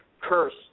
curse